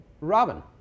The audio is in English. Robin